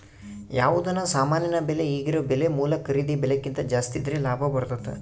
ಯಾವುದನ ಸಾಮಾನಿನ ಬೆಲೆ ಈಗಿರೊ ಬೆಲೆ ಮೂಲ ಖರೀದಿ ಬೆಲೆಕಿಂತ ಜಾಸ್ತಿದ್ರೆ ಲಾಭ ಬರ್ತತತೆ